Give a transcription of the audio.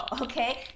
Okay